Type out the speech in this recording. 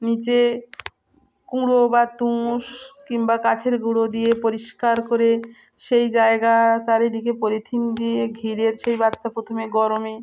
নিচে কুঁড়ো বা তুষ কিংবা কাছের গুঁড়ো দিয়ে পরিষ্কার করে সেই জায়গা চারিদিকে পলিথিন দিয়ে ঘিরের সেই বাচ্চা প্রথমে গরমে